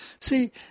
See